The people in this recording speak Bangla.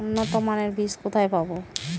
উন্নতমানের বীজ কোথায় পাব?